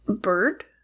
bird